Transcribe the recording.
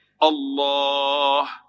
Allah